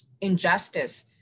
injustice